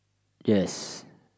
yes